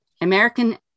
American